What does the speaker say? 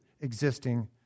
existing